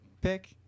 pick